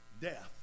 Death